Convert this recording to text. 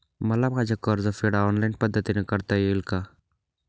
मला माझे कर्जफेड ऑनलाइन पद्धतीने करता येईल का?